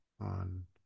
on